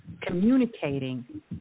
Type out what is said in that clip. communicating